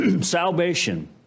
Salvation